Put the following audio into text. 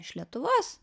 iš lietuvos